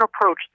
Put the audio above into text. approach